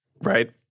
Right